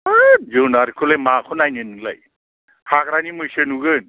होद जुनारखौलाय माखौ नायनो नोंलाय हाग्रानि मैसो नुगोन